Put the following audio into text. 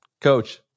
Coach